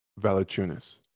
Valachunas